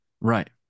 Right